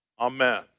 Amen